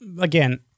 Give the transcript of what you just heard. Again